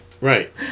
right